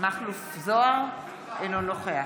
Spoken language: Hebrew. מכלוף מיקי זוהר, אינו נוכח